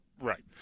Right